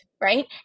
right